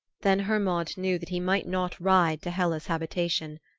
then hermod knew that he might not ride to hela's habitation.